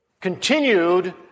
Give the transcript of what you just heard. continued